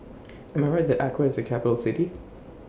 Am I Right that Accra IS A Capital City